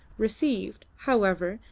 received, however,